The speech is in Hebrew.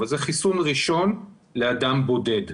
אבל זה חיסון ראשון לאדם בודד